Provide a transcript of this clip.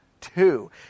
two